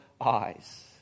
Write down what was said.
eyes